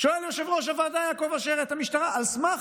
שואל יושב-ראש הוועדה יעקב אשר את המשטרה: על סמך